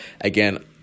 Again